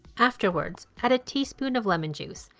afterwards, add a teaspoon of lemon juice.